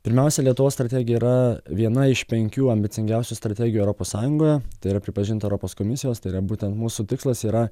pirmiausia lietuvos strategija yra viena iš penkių ambicingiausių strategijų europos sąjungoje tai yra pripažinta europos komisijos tai yra būtent mūsų tikslas yra